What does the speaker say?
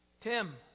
Tim